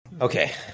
Okay